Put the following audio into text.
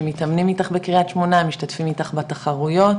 שמתאמנים איתך בקרית שמונה משתתפים איתך בתחרויות?